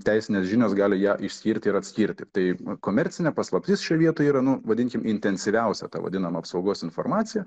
teisinės žinios gali ją išskirti ir atskirti tai komercinė paslaptis šioj vietoj yra nu vadinkim intensyviausia ta vadinama apsaugos informacija